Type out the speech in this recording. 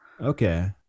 Okay